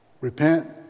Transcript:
repent